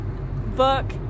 book